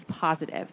positive